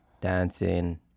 dancing